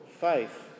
faith